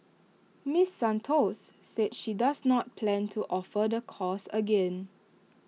miss Santos said she does not plan to offer the course again